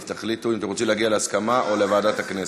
אז תחליטו אם אתם רוצים להגיע להסכמה או לוועדת הכנסת.